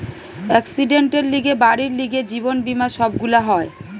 একসিডেন্টের লিগে, বাড়ির লিগে, জীবন বীমা সব গুলা হয়